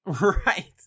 Right